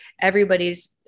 everybody's